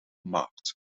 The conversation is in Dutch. gemaakt